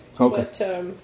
Okay